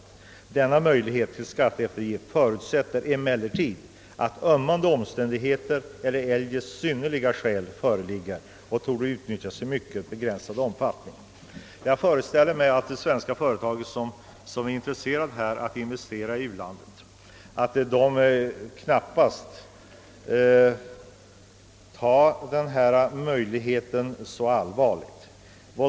Men utskottet påpekar självt att »denna möjlighet till skatteeftergift förutsätter emellertid att ”ömmande omständigheter eller eljest synnerliga skäl föreligger och torde utnyttjas i mycket begränsad omfattning». Jag föreställer mig att de svenska företag som är intresserade av att investera i u-länderna knappast tar denna möjlighet så allvarligt.